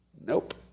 Nope